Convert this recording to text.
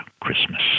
Christmas